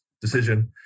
decision